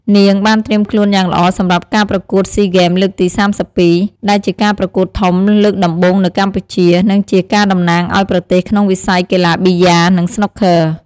នាងបានត្រៀមខ្លួនយ៉ាងល្អសម្រាប់ការប្រកួតស៊ីហ្គេមលើកទី៣២ ដែលជាការប្រកួតធំលើកដំបូងនៅកម្ពុជា និងជាការតំណាងឲ្យប្រទេសក្នុងវិស័យកីឡាប៊ីយ៉ា និងស្នូកឃ័រ។